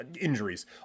injuries